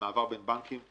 במעבר בין בנקים,